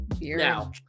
Now